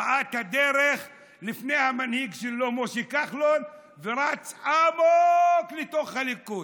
ראה את הדרך לפני המנהיג שלו משה כחלון ורץ עמוק לתוך הליכוד,